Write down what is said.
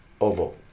OVO